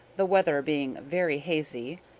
the weather being very hazy,